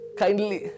kindly